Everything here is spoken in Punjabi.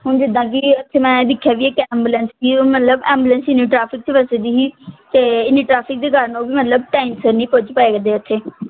ਹੁਣ ਜਿੱਦਾਂ ਕਿ ਉੱਥੇ ਮੈਂ ਇਹ ਦੇਖਿਆ ਵੀ ਇੱਕ ਐਂਬੂਲੈਂਸ ਕਿ ਉਹ ਮਤਲਬ ਐਂਬੂਲੈਂਸ ਇੰਨੀ ਟਰੈਫਿਕ 'ਚ ਫਸੀ ਵੀ ਸੀ ਅਤੇ ਇੰਨੀ ਟਰੈਫਿਕ ਦੇ ਕਾਰਨ ਉਹ ਵੀ ਮਤਲਬ ਟੈਂਸ਼ਨ ਨਹੀ ਕੁਝ ਪੈ ਗਏ ਸੀ ਉੱਥੇ